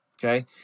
okay